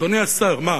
אדוני השר, מה?